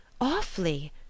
awfully